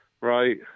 Right